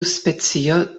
specio